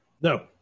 No